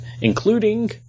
including